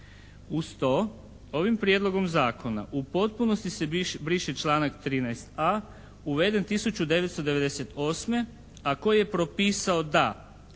Uz to ovim Prijedlogom zakona u potpunosti se briše članak 13.a uveden 1998., a koji je propisao da